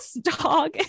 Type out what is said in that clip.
dog